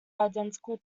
identical